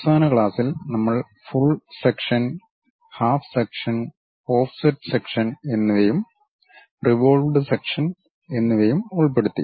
അവസാന ക്ലാസ്സിൽ നമ്മൾ full section half section offset section എന്നിവയും റിവോൾവ്ഡ് സെക്ഷൻ എന്നിവ ഉൾപ്പെടുത്തി